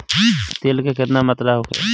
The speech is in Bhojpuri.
तेल के केतना मात्रा होखे?